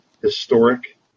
historic